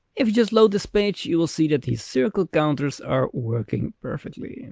if you just load this page, you will see that the circle counters are working perfectly. and